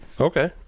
okay